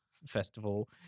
Festival